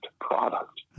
product